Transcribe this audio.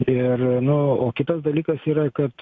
ir nu o kitas dalykas yra kad